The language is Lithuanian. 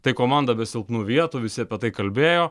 tai komanda be silpnų vietų visi apie tai kalbėjo